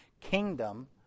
kingdom